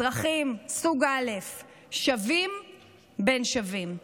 אזרחים סוג א' שווים בין שווים.